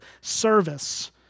service